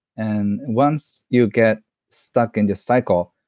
and once you get stuck in this cycle,